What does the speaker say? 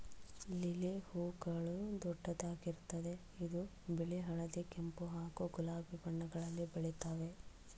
lily ಹೂಗಳು ದೊಡ್ಡದಾಗಿರ್ತದೆ ಇದು ಬಿಳಿ ಹಳದಿ ಕೆಂಪು ಹಾಗೂ ಗುಲಾಬಿ ಬಣ್ಣಗಳಲ್ಲಿ ಬೆಳಿತಾವೆ